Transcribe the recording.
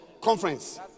conference